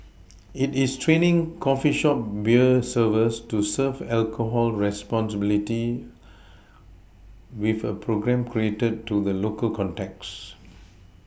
it is training coffee shop beer servers to serve alcohol responsibly with a programme catered to the local context